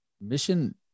mission